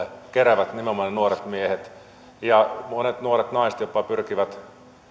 keräävät nimenomaan ne nuoret miehet ja monet nuoret naiset jopa pyrkivät